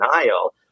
denial